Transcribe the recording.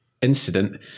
incident